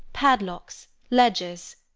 padlocks, ledgers,